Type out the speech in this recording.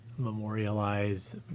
Memorialize